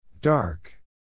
Dark